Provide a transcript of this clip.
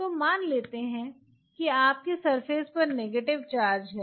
तो मन लेते हैं की आपकी सरफेस पर नेगेटिव चार्ज है